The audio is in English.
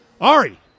Ari